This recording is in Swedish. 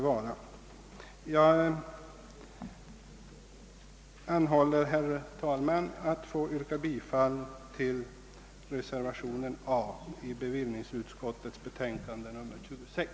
Jag anhåller, herr talman, att få yrka bifall till reservationen A vid bevillningsutskottets betänkande nr 26.